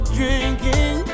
drinking